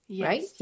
right